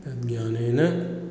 तद् ज्ञानेन